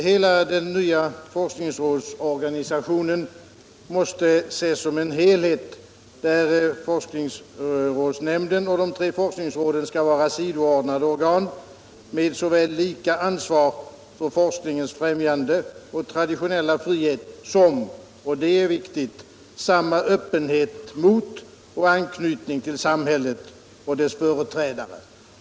Herr talman! Den nya forskningsrådsorganisationen måste ses som en helhet, där forskningsrådsnämnden och de tre forskningsråden skall vara sidoordnade organ med såväl lika ansvar för forskningens främjande och traditionella frihet som — och det är viktigt — samma öppenhet mot och anknytning till samhället och dess företrädare.